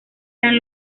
eran